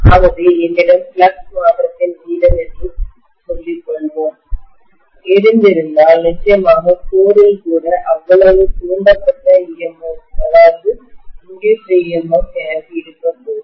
ஆகவே என்னிடம் ஃப்ளக்ஸ் மாற்றத்தின் வீதம் என்று சொல்லிக் கொள்வோம் இருந்திருந்தால்நிச்சயமாக கோரில் கூட அவ்வளவு தூண்டப்பட்ட EMF இன்டியூஸ்டு EMF எனக்கு இருக்கக்கூடும்